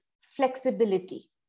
flexibility